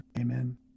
Amen